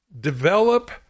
develop